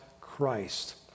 Christ